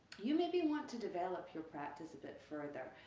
you maybe want to develop your practice a bit further.